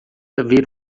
haver